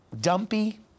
dumpy